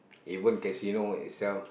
even casino itself